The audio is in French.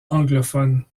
anglophone